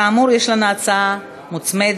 כאמור, יש לנו הצעה מוצמדת: